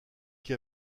qui